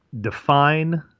define